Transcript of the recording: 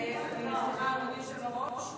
אדוני היושב-ראש,